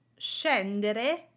scendere